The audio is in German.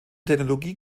technologie